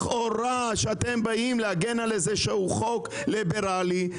לכאורה כשאתם מגיעים להגן על חוק ליברלי,